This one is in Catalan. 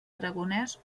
aragonès